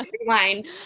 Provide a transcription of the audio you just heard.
rewind